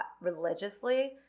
religiously